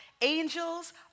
angels